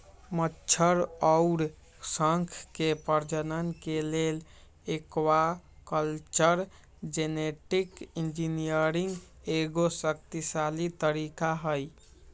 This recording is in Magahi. मछर अउर शंख के प्रजनन के लेल एक्वाकल्चर जेनेटिक इंजीनियरिंग एगो शक्तिशाली तरीका हई